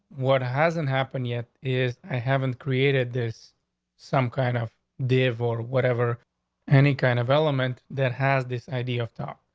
what hasn't happened yet is i haven't created this some kind of device or whatever any kind of element that has this idea of top.